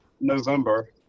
November